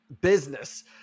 business